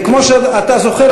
כמו שאתה זוכר,